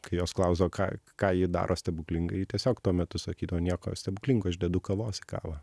kai jos klausdavo ką ką ji daro stebuklingai tiesiog tuo metu sakydavo nieko stebuklingo aš dedu kavos į kavą